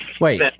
Wait